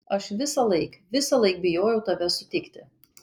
aš visąlaik visąlaik bijojau tave sutikti